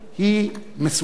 היא מסוכנת,